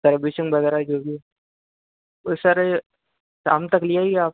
servicing वगैरह जो भी है ओ सर शाम तक ले आइए आप